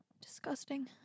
Disgusting